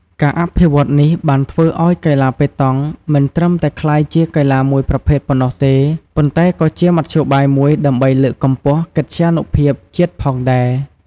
ការអភិវឌ្ឍន៍នេះបានធ្វើឱ្យកីឡាប៉េតង់មិនត្រឹមតែក្លាយជាកីឡាមួយប្រភេទប៉ុណ្ណោះទេ ប៉ុន្តែក៏ជាមធ្យោបាយមួយដើម្បីលើកកម្ពស់កិត្យានុភាពជាតិផងដែរ។